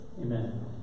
Amen